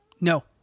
No